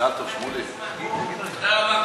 ההצעה להעביר את הנושא לוועדת החינוך,